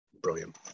Brilliant